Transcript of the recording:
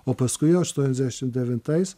o paskui jau aštuoniasdešim devintais